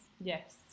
yes